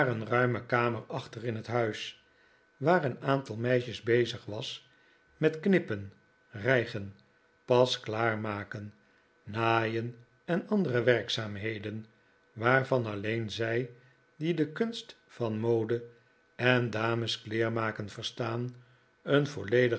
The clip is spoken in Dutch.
een ruime kamer nikolaas nickleby achter in het huis waar een aantal meisjes bezig was met knippen rijgen pasklaar maken naaien en andere werkzaamheden waarvan alleen zij die de kunst van modeen dameskleermaken verstaan een